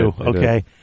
Okay